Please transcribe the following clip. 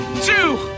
two